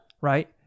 Right